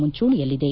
ಮುಂಚೂಣಿಯಲ್ಲಿದೆ